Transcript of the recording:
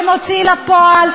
למוציא לפועל.